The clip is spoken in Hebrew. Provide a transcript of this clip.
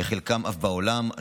וחלקם אף בעולם,